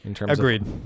Agreed